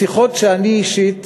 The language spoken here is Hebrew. בשיחות שאני אישית